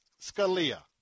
Scalia